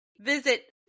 visit